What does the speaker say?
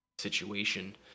situation